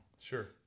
Sure